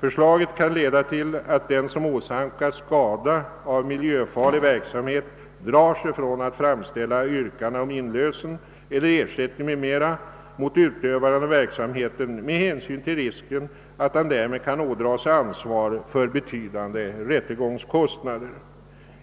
Förslaget kan leda till att den som åsamkas skada av miljöfarlig verksamhet drar sig för att framställa yrkande om inlösen eller ersättning m.m. mot utövaren av verksamheten med hänsyn till risken för att han därmed kan ådra sig ansvar för betydande rättegångskostnader.